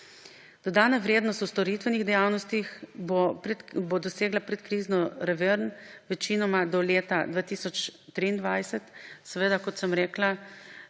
Dodana vrednost v storitvenih dejavnostih bo dosegla predkrizno raven večinoma do leta 2023, kot sem rekla